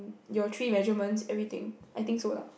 your three measurements everything I think so lah